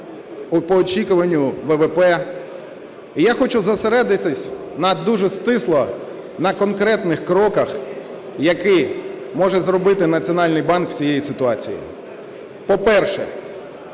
по очікуванню ВВП. І я хочу зосередитися дуже стисло на конкретних кроках, які може зробити Національний банк з цією ситуацією. По-перше,